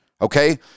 okay